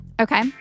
Okay